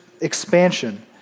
expansion